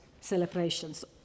celebrations